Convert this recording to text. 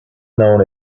known